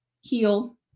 heal